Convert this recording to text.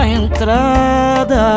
entrada